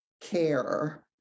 care